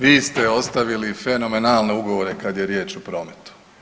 Vi ste ostavili fenomenalne ugovore kad je riječ o prometu.